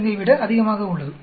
05 ஐ விட அதிகமாக உள்ளது